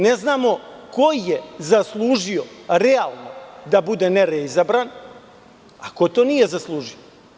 Ne znamo ko je zaslužio realno da bude nereizabran a ko to nije zaslužio?